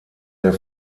der